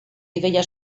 ideia